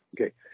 okay